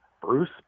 Bruce